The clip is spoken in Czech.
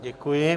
Děkuji.